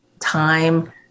time